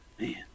man